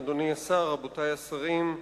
אדוני השר, רבותי השרים,